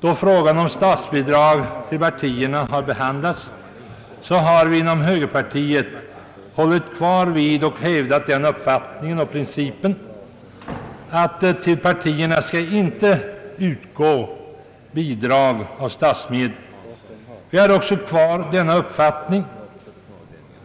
då frågan om statsbidrag till partierna har behandlats, har vi inom högerpartiet fasthållit vid och hävdat den uppfattningen och principen att till partierna inte skall utgå bidrag av statsmedel. Vi har denna uppfattning kvar.